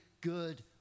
good